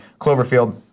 Cloverfield